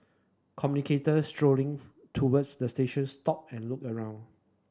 commutators strolling towards the station stopped and looked around